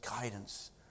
guidance